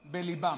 בליבם.